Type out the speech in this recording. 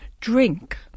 drink